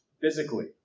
physically